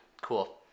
Cool